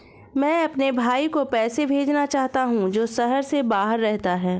मैं अपने भाई को पैसे भेजना चाहता हूँ जो शहर से बाहर रहता है